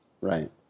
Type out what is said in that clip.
Right